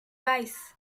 weiß